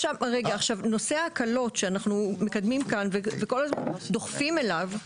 נושא ההקלות שאנחנו מקדמים כאן וכל הזמן דוחפים אליו,